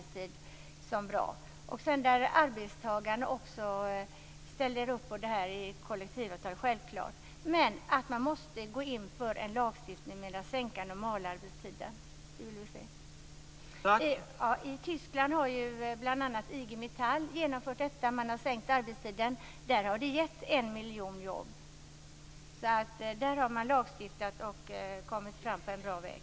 Självklart skall också arbetstagarna ställa upp på detta i kollektivavtal. Men man måste gå in för en lagstiftning med att sänka normalarbetstiden. Det vill vi se. I Tyskland har bl.a. IG Metall genomfört detta. Man har sänkt arbetstiden, och det har gett en miljon jobb. Där har man lagstiftat och kommit fram på en bra väg.